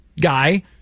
guy